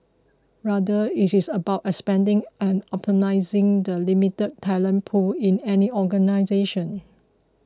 rather it is about expanding and optimising the limited talent pool in any organisation